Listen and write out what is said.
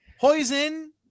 Poison